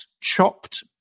Chopped